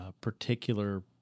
particular